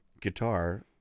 guitar